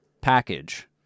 package